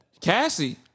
Cassie